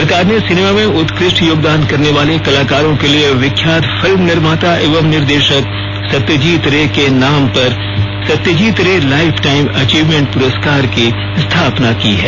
सरकार ने सिनेमा में उत्कृष्ट योगदान करने वाले कलाकारों के लिए विख्यात फिल्म निर्माता एवं निर्देशक सत्यजीत रे के नाम पर सत्यजीत रे लाइफटाइम अचीवमेंट पुरस्कार की स्थापना की है